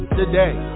today